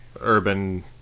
urban